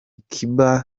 kiba